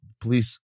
police